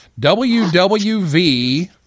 WWV